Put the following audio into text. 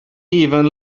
even